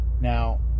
now